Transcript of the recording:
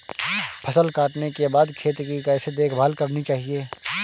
फसल काटने के बाद खेत की कैसे देखभाल करनी चाहिए?